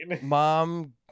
mom